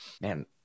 man